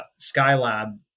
Skylab